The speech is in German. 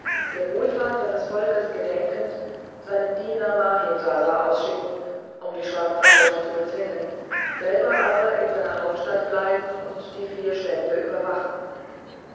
der wohlfahrt seines volkes gedenkend seinen diener mahimsasa ausschicken um die schwarze haut zu bezwingen selber aber in seiner hauptstadt bleiben und die vier stände überwachen